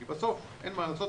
כי בסוף אין מה לעשות,